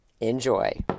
Enjoy